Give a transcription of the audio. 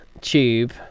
tube